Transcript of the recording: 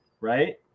Right